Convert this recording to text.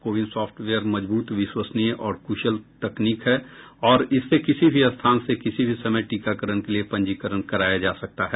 CoWIN software मजबूत विश्वसनीय और कुशल तकनीक है और इससे किसी भी स्थान से किसी भी समय टीकाकरण के लिए पंजीकरण कराया जा सकता है